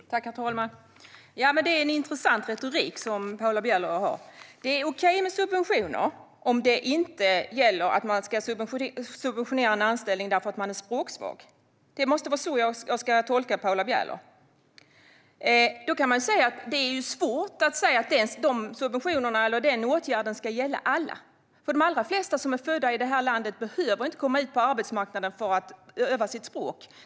Herr talman! Det är intressant retorik Paula Bieler har. Det är okej med subventioner om det inte gäller att subventionera en anställning för någon som är språksvag. Det är så jag tolkar Paula Bieler. Det är svårt att säga att en sådan åtgärd ska gälla alla, för de allra flesta som är födda i detta land behöver inte komma ut på arbetsmarknaden för att öva sitt språk.